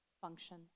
function